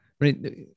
right